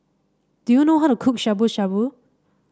do you know how to cook Shabu Shabu